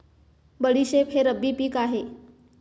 बडीशेप हे रब्बी पिक आहे